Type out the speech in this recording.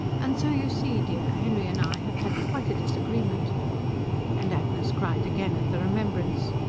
and so you see, dear, henry and i have had quite a disagreement and agnes cried again at the remembrance.